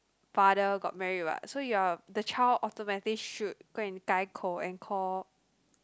father got married what so you are the child automatically should go and and call